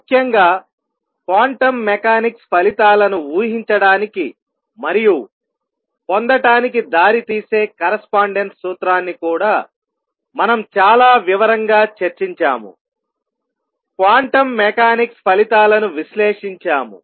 ముఖ్యంగా quantum mechanics ఫలితాలను ఊహించడానికి మరియు పొందటానికి దారితీసే కరస్పాండెన్స్ సూత్రాన్ని కూడా మనం చాలా వివరంగా చర్చించాము క్వాంటం మెకానిక్స్ ఫలితాలను విశ్లేషించాము